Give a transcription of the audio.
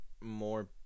more